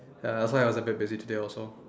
uh that's why I was a bit busy today also